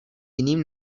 jiným